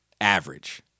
average